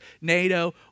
NATO